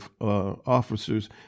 officers